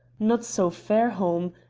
not so fairholme,